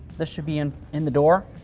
this should be in in the door,